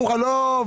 וכשמגיעים לפה לא.